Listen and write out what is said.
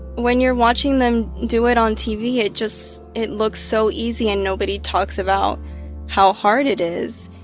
when you're watching them do it on tv, it just it looks so easy, and nobody talks about how hard it is.